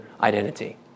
identity